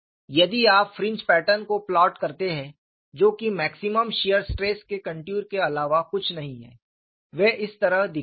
यदि आप fringe pattern को प्लॉट करते हैं जो कि मैक्सिमम शियर स्ट्रेस के कंटूर के अलावा कुछ नहीं है वे इस तरह दिखाई दिए